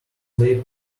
late